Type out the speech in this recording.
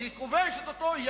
שהיא כובשת אותו,